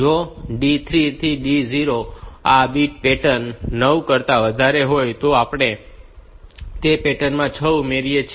જો D3 થી D0 આ બીટ પેટર્ન 9 કરતા વધારે હોય તો આપણે તે પેટર્ન માં 6 ઉમેરીએ છીએ